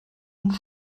und